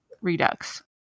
Redux